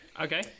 okay